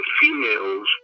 females